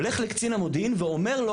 הולך לקצין המודיעין ואומר לו,